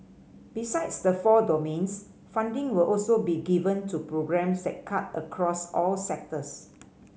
besides the four domains funding will also be given to programmes that cut across all sectors